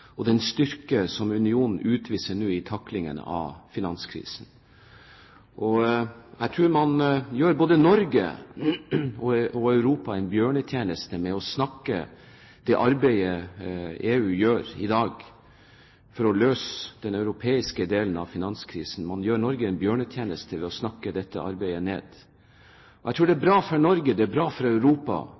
og den styrke som unionen utviser i taklingen av finanskrisen. Jeg tror man gjør både Norge og Europa en bjørnetjeneste med å snakke ned det arbeidet EU gjør i dag for å løse den europeiske delen av finanskrisen. Man gjør Norge en bjørnetjeneste ved å snakke dette arbeidet ned. Jeg tror det er bra for Norge og for Europa om EU lykkes, og jeg er ganske sikker på at også denne gangen kommer Europa